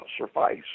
suffice